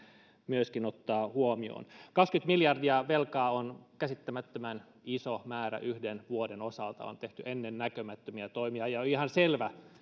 myöskin ottaa huomioon kaksikymmentä miljardia velkaa on käsittämättömän iso määrä yhden vuoden osalta on tehty ennennäkemättömiä toimia ja on ihan selvä